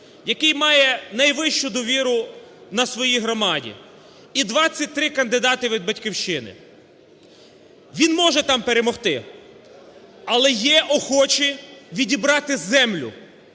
який має найвищу довіру у своїй громаді, і 23 кандидати від "Батьківщини". Він може там перемогти, але є охочі відібрати землю,